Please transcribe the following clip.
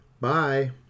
Bye